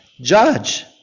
Judge